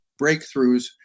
breakthroughs